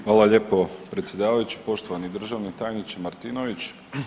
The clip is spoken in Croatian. Hvala lijepo predsjedavajući, poštovani državni tajniče Martinović.